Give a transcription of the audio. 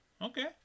Okay